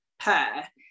pair